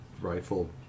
rifle